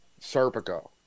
Serpico